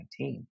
2019